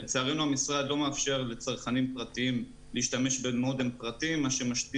לצערנו המשרד לא מאפשר לצרכנים פרטיים להשתמש במודם פרטי מה שמשית